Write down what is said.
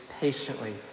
patiently